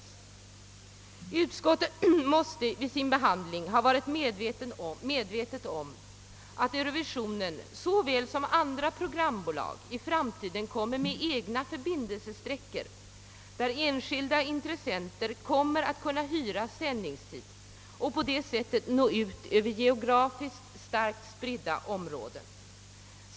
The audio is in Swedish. Statsutskottet måste också ha varit medvetet om att Eurovisionen liksom andra programbolag i framtiden kommer att etablera egna förbindelsesträckor, där enskilda intressenter kommer att kunna hyra sändningstid, för att på detta sätt nå ut över geografiskt starkt spridda områden.